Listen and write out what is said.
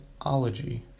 ology